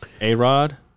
A-Rod